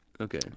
Okay